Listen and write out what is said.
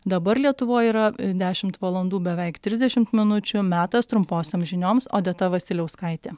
dabar lietuvoj yra dešimt valandų beveik trisdešimt minučių metas trumposioms žinioms odeta vasiliauskaitė